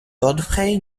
godfrey